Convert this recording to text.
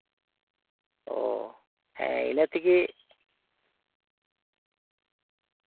ᱚ ᱦᱮᱸ ᱤᱱᱟᱹ ᱛᱮᱜᱮ